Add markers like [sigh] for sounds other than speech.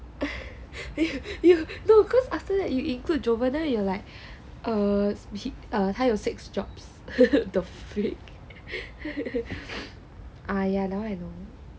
you know cause after that you include joven you like err err 还有 six jobs the frick [laughs] !aiya! that [one] I know